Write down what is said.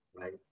right